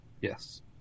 Yes